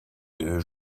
deux